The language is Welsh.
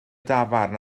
dafarn